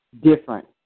different